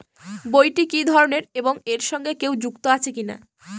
বইটি কি ধরনের এবং এর সঙ্গে কেউ যুক্ত আছে কিনা?